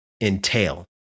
entail